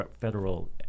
federal